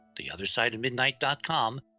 theothersideofmidnight.com